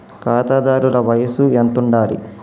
ఖాతాదారుల వయసు ఎంతుండాలి?